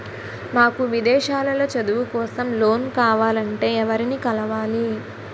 నాకు విదేశాలలో చదువు కోసం లోన్ కావాలంటే ఎవరిని కలవాలి?